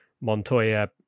Montoya